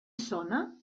sona